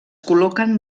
col·loquen